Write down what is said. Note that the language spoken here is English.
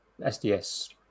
SDS